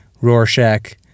rorschach